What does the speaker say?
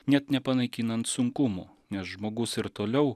net nepanaikinant sunkumų nes žmogus ir toliau